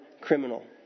criminal